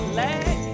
leg